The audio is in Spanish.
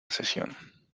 sesión